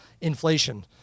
inflation